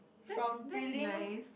that's that's nice